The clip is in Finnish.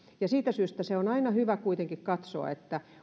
siitä syystä on aina hyvä kuitenkin katsoa